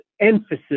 emphasis